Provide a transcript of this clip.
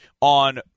on